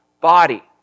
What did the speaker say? body